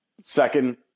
Second